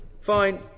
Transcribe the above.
fine